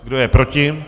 Kdo je proti?